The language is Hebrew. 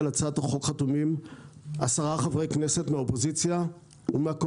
על הצעת החוק חתומים עשרה חברי כנסת מהאופוזיציה ומהקואליציה,